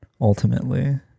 ultimately